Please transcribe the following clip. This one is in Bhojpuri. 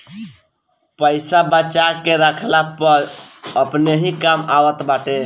पईसा बचा के रखला पअ अपने ही काम आवत बाटे